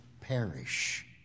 perish